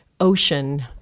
ocean